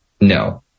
no